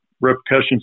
repercussions